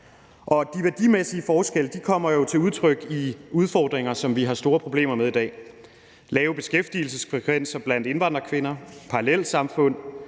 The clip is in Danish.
de værdimæssige forskelle kommer jo til udtryk i de udfordringer, som vi har store problemer med i dag: lave beskæftigelsesfrekvenser blandt indvandrerkvinder, parallelsamfund,